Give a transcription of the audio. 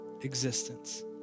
existence